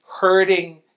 hurting